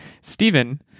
Stephen